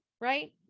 right